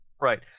right